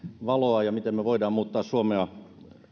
valoa ja miten me voimme muuttaa suomea